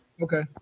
Okay